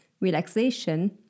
relaxation